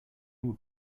would